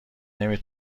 نمی